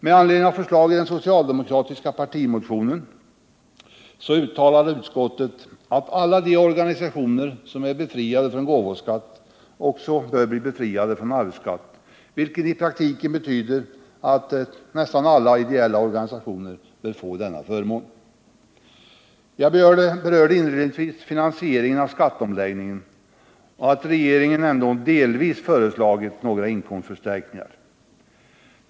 Med anledning av förslag i den socialdemokratiska partimotionen uttalar utskottet att alla de organisationer som är befriade från gåvoskatt också bör bli befriade från arvsskatt, vilket i praktiken betyder att nästan alla ideella organisationer bör få denna förmån. Jag berörde inledningsvis finansieringen av skatteomläggningen och att regeringen ändå delvis föreslagit några inkomstförstärkningar.